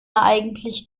eigentlich